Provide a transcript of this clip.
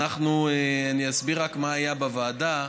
אני אסביר מה היה בוועדה,